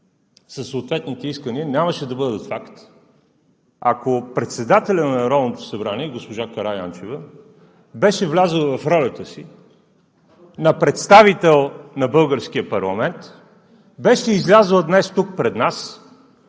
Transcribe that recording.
със съответните искания нямаше да бъдат факт, ако председателят на Народното събрание госпожа Караянчева беше влязла в ролята си на представител на българския парламент, беше излязла днес тук пред нас,